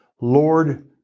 Lord